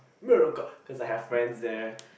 Morocco cause I have friends there